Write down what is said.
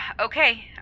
okay